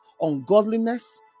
ungodliness